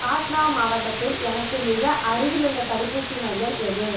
பாட்னா மாவட்டத்தில் எனக்கு மிக அருகிலுள்ள தடுப்பூசி மையம் எது